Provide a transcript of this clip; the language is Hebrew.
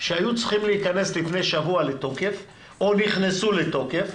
שהיו צריכות להיכנס לפני שבוע לתוקף או נכנסו לתוקף,